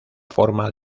forma